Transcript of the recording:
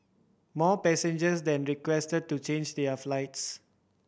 more passengers then requested to change their flights